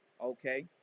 Okay